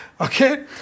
okay